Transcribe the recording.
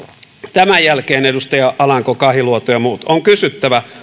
tämän jälkeen edustaja alanko kahiluoto ja muut on kysyttävä